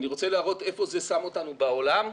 אני רוצה להראות היכן זה שם אותנו בעולם.